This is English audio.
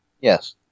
Yes